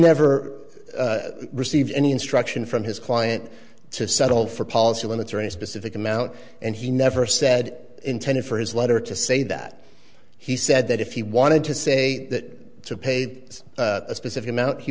never received any instruction from his client to settle for policy limits or any specific amount and he never said intended for his letter to say that he said that if he wanted to say that to pay a specific amount he